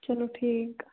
چلو ٹھیٖک